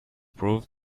proof